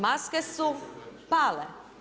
Maske su pale.